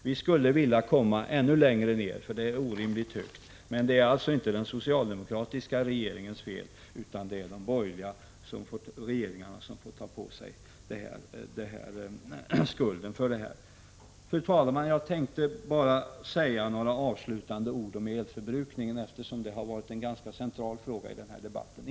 Vi skulle vilja komma ännu längre ner, för priset är orimligt högt. Men det är alltså inte den socialdemokratiska regeringens fel att det förhåller sig så, utan det är de borgerliga regeringarna som får ta på sig ansvaret. Fru talman! Jag tänker bara säga några avslutande ord om elförbrukningen, eftersom det har varit en ganska central fråga i debatten.